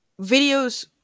Videos